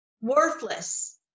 worthless